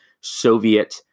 Soviet